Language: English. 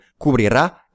cubrirá